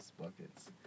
buckets